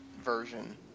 version